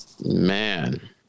man